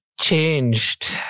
changed